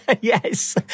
Yes